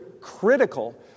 critical